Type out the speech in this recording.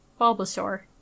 Bulbasaur